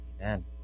Amen